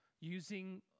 using